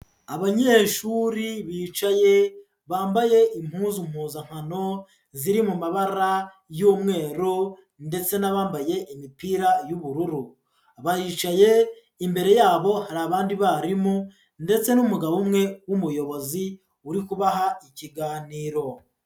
Abanyeshuri bicaye, bambaye impuzu mpuzankano ziri mu mabara y'umweru ndetse n'abambaye imipira y'ubururu. Baricaye imbere yabo hari abandi barimu ndetse n'umugabo umwe w'umuyobozi uri kubaha ikiganiro.